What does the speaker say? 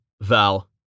Val